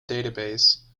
database